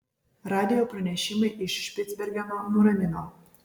radijo pranešimai iš špicbergeno nuramino